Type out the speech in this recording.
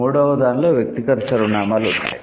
మూడవ దానిలో వ్యక్తిగత సర్వనామాలు ఉన్నాయి